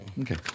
Okay